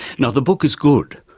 and the book is good.